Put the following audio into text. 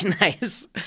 nice